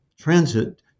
transit